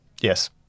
Yes